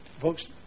Folks